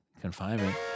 confinement